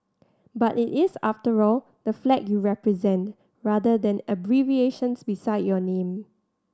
but it is after all the flag you represent rather than abbreviations beside your name